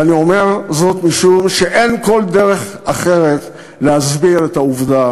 ואני אומר זאת משום שאין כל דרך אחרת להסביר את העובדה